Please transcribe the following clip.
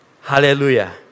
hallelujah